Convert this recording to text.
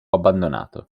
abbandonato